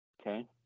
Okay